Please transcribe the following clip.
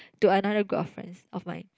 to another group of friends of mine